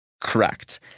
Correct